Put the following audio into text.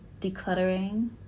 decluttering